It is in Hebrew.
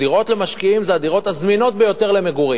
דירות למשקיעים זה הדירות הזמינות ביותר למגורים.